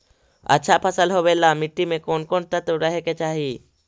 अच्छा फसल होबे ल मट्टी में कोन कोन तत्त्व रहे के चाही?